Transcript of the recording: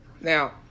Now